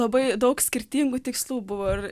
labai daug skirtingų tikslų buvo ir